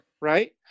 Right